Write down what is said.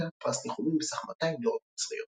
לה פרס ניחומים בסך 200 לירות מצריות.